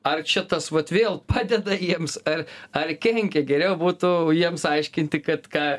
ar čia tas vėl padeda jiems ar ar kenkia geriau būtų jiems aiškinti kad ką